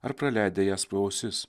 ar praleidę jas pro ausis